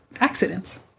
accidents